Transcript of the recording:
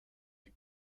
the